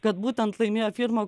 kad būtent laimėjo pirmą